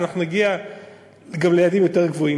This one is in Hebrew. אנחנו נגיע גם ליעדים יותר גבוהים